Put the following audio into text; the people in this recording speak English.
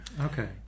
Okay